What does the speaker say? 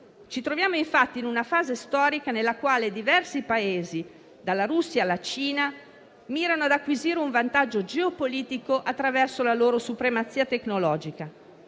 Ci troviamo, infatti, in una fase storica nella quale diversi Paesi, dalla Russia alla Cina, mirano ad acquisire un vantaggio geopolitico attraverso la loro supremazia tecnologica.